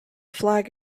flag